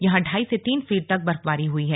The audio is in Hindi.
यहां ढाई से तीन फीट तक बर्फबारी हई है